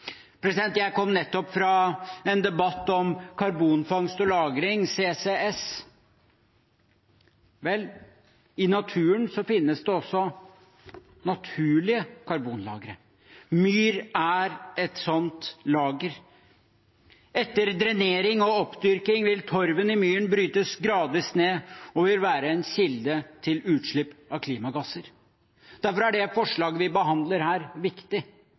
Jeg kom nettopp fra en debatt om karbonfangst og -lagring, CCS. Vel, i naturen finnes det også naturlige karbonlagre, og myr er et sånt lager. Etter drenering og oppdyrking vil torven i myren brytes gradvis ned og være en kilde til utslipp av klimagasser. Derfor er det forslaget vi behandler her, viktig,